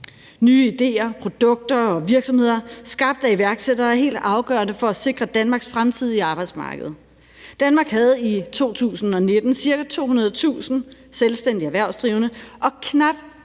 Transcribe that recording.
Nye idéer, produkter og virksomheder skabt af iværksættere er helt afgørende for at sikre Danmarks fremtidige arbejdsmarked. Danmark havde i 2019 ca. 200.000 selvstændigt erhvervsdrivende og knap